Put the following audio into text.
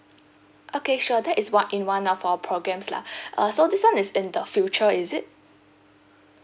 okay sure that is what in one of our programmes lah uh so this [one] is in the future is it